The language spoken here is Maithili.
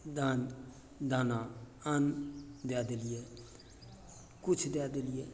दान दाना अन्न दए देलियै किछु दए देलियै